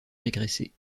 régressé